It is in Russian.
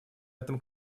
этом